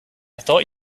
thought